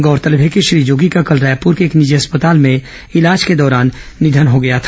उल्लेखनीय है कि श्री जोगी का कल रायपुर के एक निजी अस्पताल में इलाज के दौरान निधन हो गया था